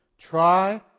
Try